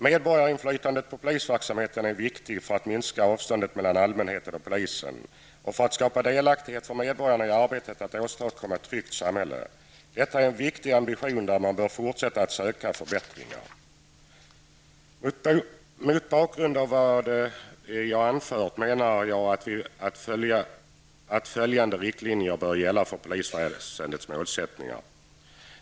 Medborgarinflytande är det gäller polisverksamheten är viktigt för att minska avståndet mellan allmänheten och polisen, och för att skapa delaktighet för medborgarna i arbetet på att åstadkomma ett tryggt samhälle. Detta är en viktig ambition och det är angeläget att man fortsätter arbetet med att göra förbättringar. Mot bakgrund av vad jag anfört bör följande riktlinjer gälla för polisväsendets målsättningar.